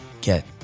get